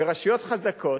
רשויות חזקות,